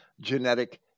genetic